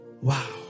Wow